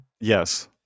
yes